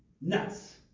nuts